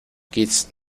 kits